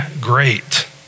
great